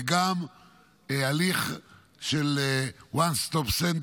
וגם הליך של One Stop Center,